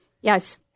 Yes